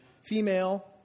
female